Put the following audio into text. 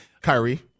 Kyrie